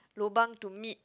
lobang to meet